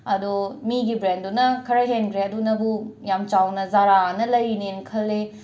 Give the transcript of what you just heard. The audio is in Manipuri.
ꯑꯗꯣ ꯃꯤꯒꯤ ꯕ꯭ꯔꯦꯟꯗꯨꯅ ꯈꯔ ꯍꯦꯟꯒꯔꯦ ꯑꯗꯨꯅꯕꯨ ꯌꯥꯝ ꯆꯥꯎꯅ ꯖꯥꯔꯥꯅ ꯂꯩꯔꯤꯅꯦ ꯈꯜꯂꯦ